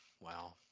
wow